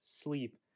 sleep